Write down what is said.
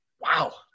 wow